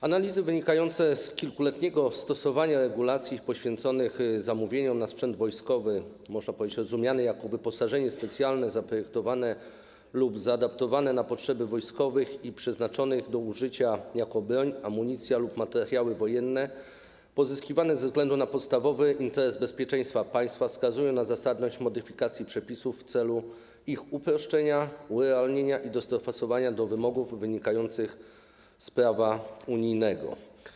Analizy wynikające z kilkuletniego stosowania regulacji poświęconych zamówieniom na sprzęt wojskowy, można powiedzieć, rozumiany jako wyposażenie specjalne zaprojektowane lub zaadaptowane na potrzeby wojskowe i przeznaczone do użycia jako broń, amunicja lub materiały wojenne, pozyskiwane ze względu na podstawowy interes bezpieczeństwa państwa, wskazują na zasadność modyfikacji przepisów w celu ich uproszczenia, urealnienia i dostosowania do wymogów wynikających z prawa unijnego.